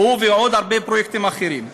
הוא ועוד הרבה פרויקטים אחרים.